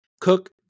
Cook